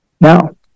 Now